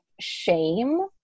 shame